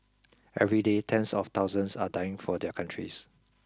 every day tens of thousands are dying for their countries